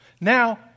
Now